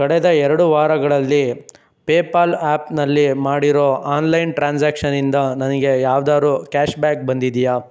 ಕಳೆದ ಎರಡು ವಾರಗಳಲ್ಲಿ ಪೇ ಪಾಲ್ ಆ್ಯಪ್ನಲ್ಲಿ ಮಾಡಿರೋ ಆನ್ಲೈನ್ ಟ್ರಾನ್ಸಾಕ್ಷನಿಂದ ನನಗೆ ಯಾವ್ದಾದ್ರು ಕ್ಯಾಷ್ ಬ್ಯಾಕ್ ಬಂದಿದೆಯಾ